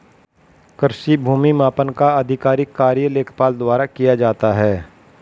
कृषि भूमि मापन का आधिकारिक कार्य लेखपाल द्वारा किया जाता है